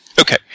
Okay